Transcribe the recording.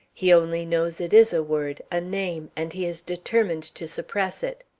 he only knows it is a word, a name, and he is determined to suppress it.